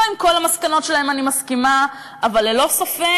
לא עם כל המסקנות שלהם אני מסכימה, אבל ללא ספק,